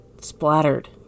splattered